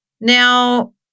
Now